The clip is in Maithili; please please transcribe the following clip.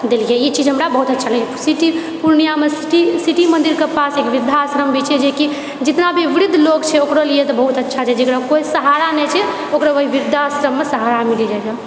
देलकै ई चीज हमरा बहुत अच्छा लगैए सिटी पूर्णियाँमे सिटी सिटी मन्दिरके पास एक वृद्धाश्रम भी छै जेकि जितनाभी वृद्ध लोग छै ओकरा लिअऽ तऽ बहुत अच्छा छै जेकरा कोइ सहारा नहि छै ओकरा ओही वृद्धाश्रममे सहारा मिल जाइत छै